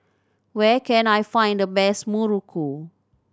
where can I find the best muruku